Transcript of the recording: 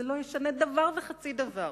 זה לא ישנה דבר וחצי דבר,